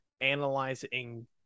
analyzing